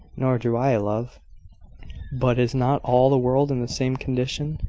nor do i, love but is not all the world in the same condition?